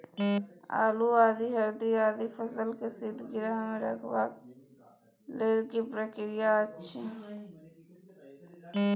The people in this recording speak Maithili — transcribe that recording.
आलू, आदि, हरदी आदि फसल के शीतगृह मे रखबाक लेल की प्रक्रिया अछि?